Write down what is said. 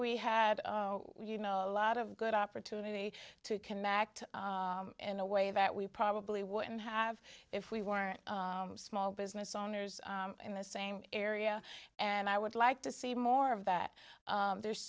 we had you know a lot of good opportunity to connect in a way that we probably wouldn't have if we weren't small business owners in the same area and i would like to see more of that there's